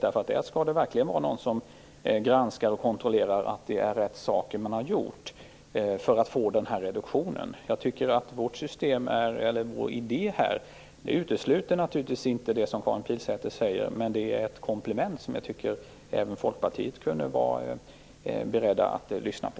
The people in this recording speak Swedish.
I det fallet skall det verkligen vara någon som granskar och kontrollerar att det är rätt saker som har gjorts för att man skall få en reduktion. Vår idé utesluter naturligtvis inte det som Karin Pilsäter säger. Det är ett komplement som jag tycker att man även i Folkpartiet kunde vara beredd att lyssna på.